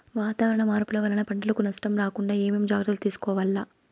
వాతావరణ మార్పులు వలన పంటలకు నష్టం రాకుండా ఏమేం జాగ్రత్తలు తీసుకోవల్ల?